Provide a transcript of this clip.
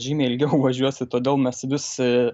žymiai ilgiau važiuosit todėl mes vis